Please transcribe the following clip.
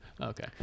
Okay